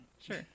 Sure